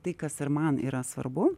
tai kas ir man yra svarbu